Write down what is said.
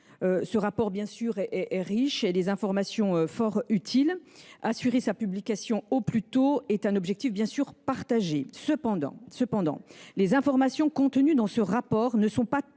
ce rapport est riche et ses informations fort utiles. Assurer sa publication au plus tôt est un objectif partagé par de nombreux acteurs. Cependant, les informations contenues dans ce rapport ne sont pas